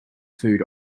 food